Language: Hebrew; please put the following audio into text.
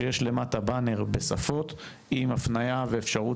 שיש למטה באנר בשפות עם הפניה ואפשרות